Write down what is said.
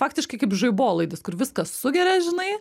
faktiškai kaip žaibolaidis kur viską sugeria žinai